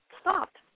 stopped